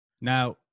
Now